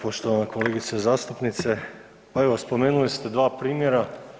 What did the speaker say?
Poštovana kolegice zastupnice, pa evo spomenuli ste dva primjera.